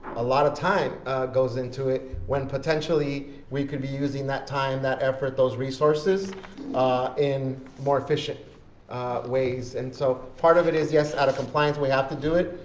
a lot of time goes into it when potentially we could be using that time, that effort, those resources in more efficient ways. and so part of it is yes, out of compliance we have to do it,